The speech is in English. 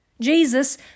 Jesus